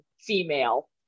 female